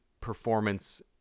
performance